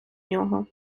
нього